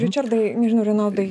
ričardai nežinau renaldai